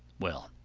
well,